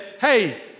hey